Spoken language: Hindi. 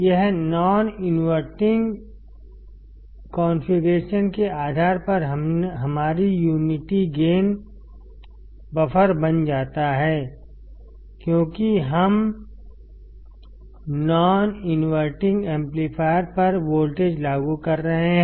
यह नॉन इनवर्टिंग कॉन्फ़िगरेशन के आधार पर हमारी यूनिटी गेन बफर बन जाता है क्योंकि हम नॉन इनवर्टिंग एम्पलीफायर पर वोल्टेज लागू कर रहे हैं